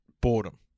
boredom